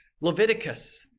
Leviticus